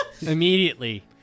immediately